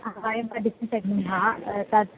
वयं तद्